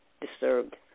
disturbed